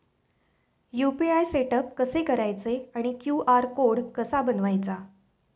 UPI setup कसे करायचे आणि क्यू.आर कोड कसा बनवायचा?